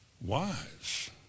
Wise